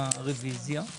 האוצר ירושלים הנדון: